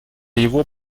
его